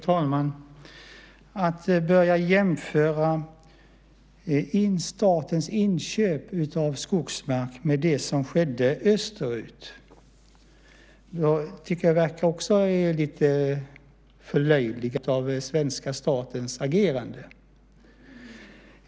Fru talman! Att börja jämföra statens inköp av skogsmark med det som skedde österut tycker jag i så fall också verkar som ett förlöjligande av svenska statens agerande.